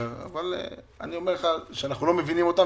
אבל אני אומר לך שאנחנו לא מבינים אותם